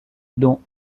dont